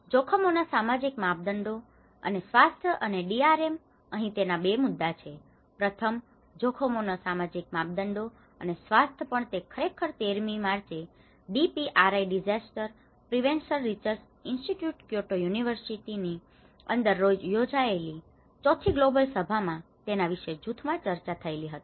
જોખમોના સામાજીક માપદંડો અને સ્વાસ્થ્ય અને ડીઆરએમ અહીં તેમાં 2 મુદ્દાઓ છે પ્રથમ છે જોખમો ના સામાજીક માપદંડો અને સ્વાસ્થ્ય પણ તે ખરેખર 13મી માર્ચે DPRI disaster prevention research institute Kyoto university ની અંદર યોજાયેલી ચોથી ગ્લોબલ સભામાં તેના વિશે જૂથમાં ચર્ચા થયેલી હતી